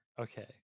Okay